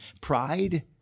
pride